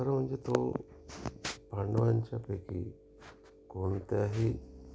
तर म्हणजे तो पांडवांच्यापैकी कोणत्याही